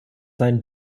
seinen